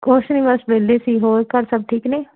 ਕੁਛ ਨਹੀਂ ਬਸ ਵਿਹਲੇ ਸੀ ਹੋਰ ਘਰ ਸਭ ਠੀਕ ਨੇ